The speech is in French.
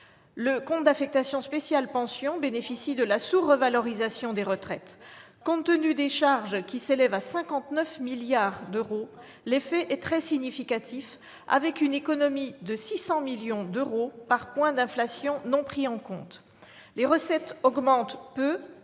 Le compte d'affectation spéciale « Pensions » bénéficie de la sous-revalorisation des retraites. Compte tenu des charges, qui s'élèvent à 59 milliards d'euros, l'effet est très significatif, avec une économie de 600 millions d'euros par point d'inflation non pris en compte. En l'absence de